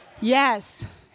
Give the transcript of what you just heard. Yes